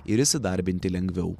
ir įsidarbinti lengviau